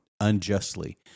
unjustly